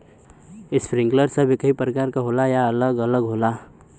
Sprinkler सब एकही प्रकार के होला या अलग अलग होला?